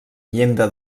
llinda